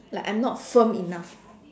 like I'm not firm enough